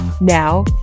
Now